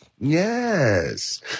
Yes